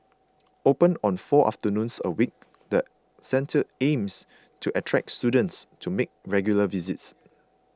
open on four afternoons a week the centre aims to attract students to make regular visits